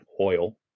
oil